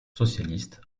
socialiste